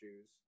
shoes